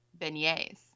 beignets